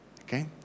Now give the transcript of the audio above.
Okay